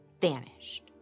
vanished